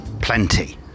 plenty